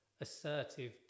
Assertive